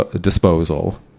disposal